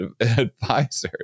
advisors